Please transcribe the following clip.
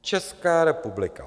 Česká republika.